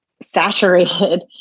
saturated